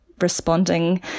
responding